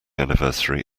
anniversary